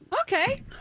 Okay